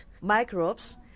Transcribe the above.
microbes